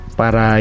para